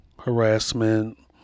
harassment